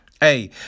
hey